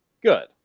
Good